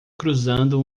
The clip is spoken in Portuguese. cruzando